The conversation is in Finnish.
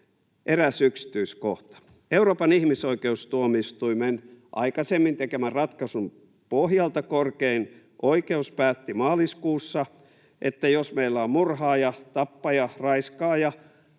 Eräs yksityiskohta: Euroopan ihmisoikeustuomioistuimen aikaisemmin tekemän ratkaisun pohjalta korkein oikeus päätti maaliskuussa, että jos meillä on murhaaja, tappaja ja raiskaaja,